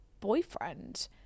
boyfriend